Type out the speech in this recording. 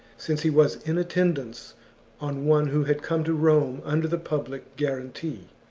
since he was in attendance on one who had come to rome under the public guarantee.